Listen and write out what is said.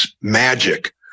magic